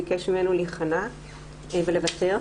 ביקש מאתנו להיכנע ולוותר.